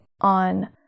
on